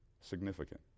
significant